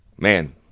Man